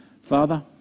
Father